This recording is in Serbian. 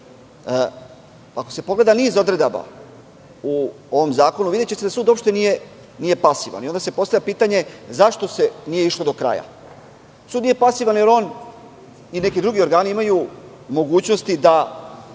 Ako se pogleda niz odredaba u ovom zakonu, videćete da sud uopšte nije pasivan. Onda se postavlja pitanje - zašto se nije išlo do kraja? Sud nije pasivan jer on i neki drugi organi imaju mogućnosti da